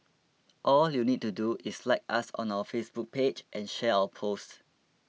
all you need to do is like us on our Facebook page and share our post